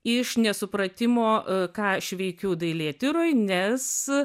iš nesupratimo ką aš veikiu dailėtyroj nes